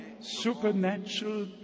supernatural